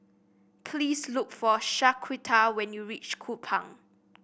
please look for Shaquita when you reach Kupang